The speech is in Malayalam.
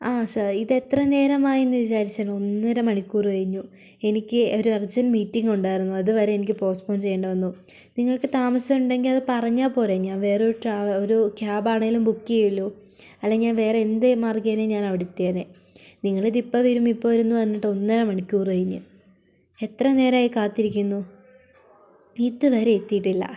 അതെ സർ ഇതെത്ര നേരമായി എന്നു വിചാരിച്ചാണ് ഒന്നര മണിക്കൂറ് കഴിഞ്ഞു എനിക്ക് ഒരു അർജൻറ്റ് മീറ്റിംഗ് ഉണ്ടായിരുന്നു അതുവരെയും എനിക്ക് പോസ്റ്റ്പോൺ ചെയ്യേണ്ട വന്നു നിങ്ങൾക്ക് താമസമുണ്ടെങ്കിൽ അത് പറഞ്ഞാൽ പോരെ ഞാൻ വേറെ ഒരു ക്യാബ് ആണേലും ബുക്ക് ചെയ്യുമല്ലൊ അല്ലെങ്കിൽ വേറെ എന്ത് മാർഗ്ഗേനേം ഞാൻ എത്തിയേനേ നിങ്ങളിതിപ്പോൾ വരും ഇപ്പോവരും എന്നു പറഞ്ഞിട്ട് ഒന്നര മണിക്കൂർ കഴിഞ്ഞു എത്ര നേരായി കാത്തിരിക്കുന്നു ഇതുവരെ എത്തിയിട്ടില്ല